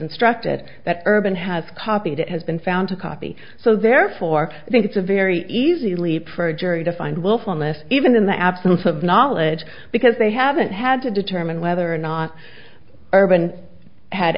instructed that urban has copied it has been found to copy so therefore i think it's a very easy leap for a jury to find willfulness even in the absence of knowledge because they haven't had to determine whether or not urban had